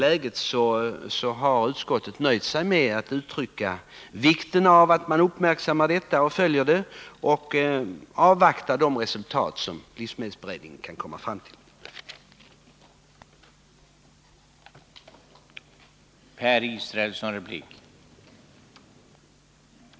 I avvaktan på det resultat livsmedelsberedningen kan komma fram till har utskottet nöjt sig med att uttrycka vikten av att dessa frågor uppmärksammas och följs upp.